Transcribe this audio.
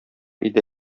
иде